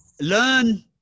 Learn